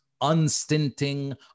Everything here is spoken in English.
unstinting